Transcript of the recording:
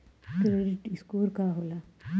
Credit score का होला?